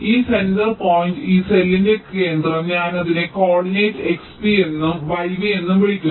ഈ centre point ഈ സെല്ലിന്റെ കേന്ദ്രം ഞാൻ അതിനെ കോർഡിനേറ്റ് xv എന്നും yv എന്നും വിളിക്കുന്നു